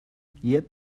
yet